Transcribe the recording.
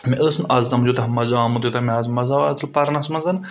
مےٚ ٲس نہٕ آز تام یوٗتاہ مَزٕ آمُت یوٗتاہ مےٚ اَز مَزٕ آو اَز تُل پَرنَس منٛز